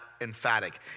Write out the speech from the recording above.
emphatic